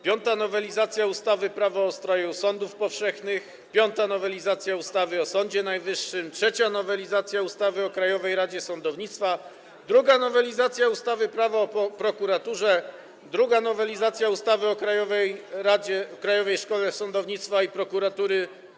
Piąta nowelizacja ustawy Prawo o ustroju sądów powszechnych, piąta nowelizacja ustawy o Sądzie Najwyższym, trzecia nowelizacja ustawy o Krajowej Radzie Sądownictwa, druga nowelizacja ustawy Prawo o prokuraturze, druga nowelizacja ustawy o Krajowej Szkole Sądownictwa i Prokuratury.